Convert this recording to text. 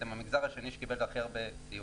אתם המגזר השני שקיבל הכי הרבה סיוע.